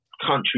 country